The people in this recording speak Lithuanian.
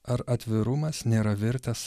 ar atvirumas nėra virtęs